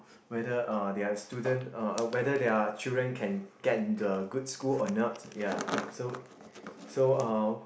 whether uh their student uh whether their children can get into a good school or not ya so so uh